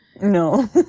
no